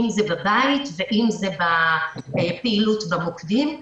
אם זה בבית ואם זה בפעילות במוקדים.